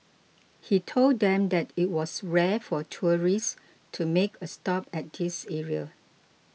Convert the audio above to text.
he told them that it was rare for tourists to make a stop at this area